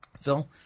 Phil